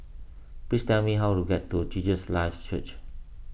please tell me how to get to Jesus Lives Church